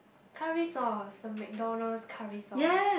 curry sauce the McDonald's curry sauce